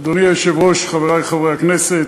אדוני היושב-ראש, חברי חברי הכנסת,